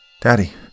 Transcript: Daddy